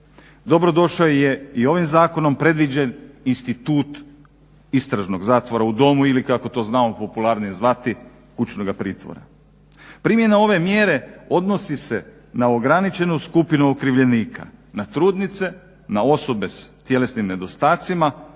Dobro došao je i ovim zakonom predviđen institut istražnog zatvora u domu ili kako to znamo popularnije zvati kućnoga pritvora. Primjena ove mjere odnosi se na ograničenu skupinu okrivljenika, na trudnice, na osobe s tjelesnim nedostacima